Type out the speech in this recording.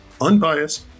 unbiased